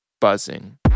buzzing